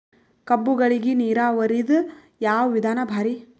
ಕಬ್ಬುಗಳಿಗಿ ನೀರಾವರಿದ ಯಾವ ವಿಧಾನ ಭಾರಿ?